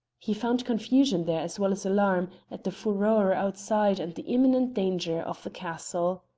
he found confusion there as well as alarm at the furore outside and the imminent danger of the castle.